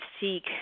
seek